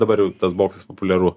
dabar jau tas boksas populiaru